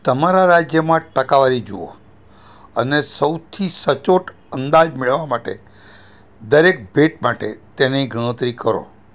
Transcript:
તમારા રાજ્યમાં ટકાવારી જુઓ અને સૌથી સચોટ અંદાજ મેળવવા માટે દરેક ભેટ માટે તેની ગણતરી કરો